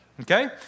Okay